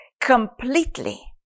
completely